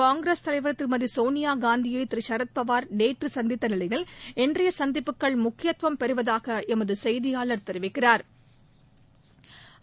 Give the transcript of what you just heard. காங்கிரஸ் தலைவர் திருமதி சோனியாகாந்தியை திரு சரத்பவார் நேற்று சந்தித்த நிலையில் இன்றைய சந்திப்புகள் முக்கியத்துவம் பெறுவதாக எமது செய்தியாளா் தெரிவிக்கிறாா்